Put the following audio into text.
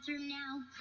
now